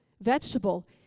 vegetable